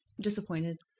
Disappointed